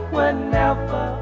Whenever